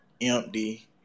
empty